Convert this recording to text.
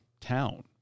town